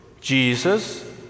Jesus